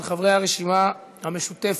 של חברי הרשימה המשותפת.